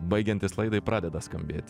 baigiantis laidai pradeda skambėt